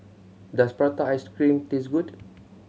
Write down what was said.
does prata ice cream taste good